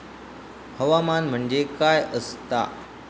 हवामान म्हणजे काय असता?